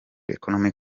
economic